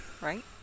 right